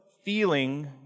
feeling